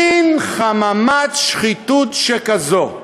מין חממת שחיתות שכזאת.